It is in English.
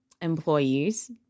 employees